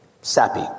sappy